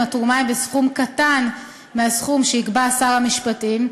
התרומה היא בסכום קטן מהסכום שיקבע שר המשפטים,